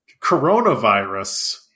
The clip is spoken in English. coronavirus